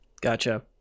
gotcha